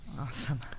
Awesome